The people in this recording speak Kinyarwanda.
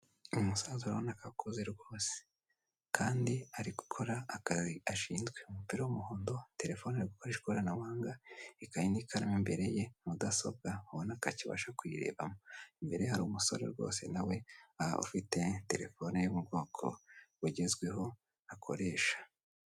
Uyu musaza runako akuze rwose, kandi ari gukora akazi ashinzwe neza. Umupira w'umuhondo na telefone Ari gukoresha ikoranabuhanga ika n'ikaramu imbere ye mudasobwa wabona akakibasha kuyirebamo, imbere hari umusore rwose nawe aha ufite telefone yo mu bwoko bugezweho akoresha.